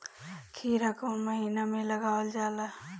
खीरा कौन महीना में लगावल जाला?